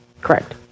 Correct